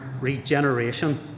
regeneration